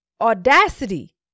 audacity